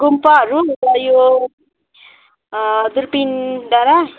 गुम्पाहरू नि त यो दुर्पिन डाँडा